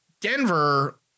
Denver